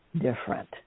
different